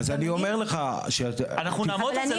אנחנו נעמוד על זה,